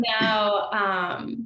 Now